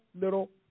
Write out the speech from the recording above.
little